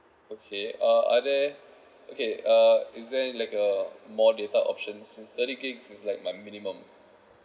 okay uh are there okay uh is there any like uh more data options since thirty gigs is like my minimum